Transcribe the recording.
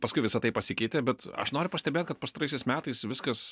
paskui visa tai pasikeitė bet aš noriu pastebėt kad pastaraisiais metais viskas